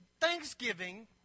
Thanksgiving